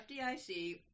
FDIC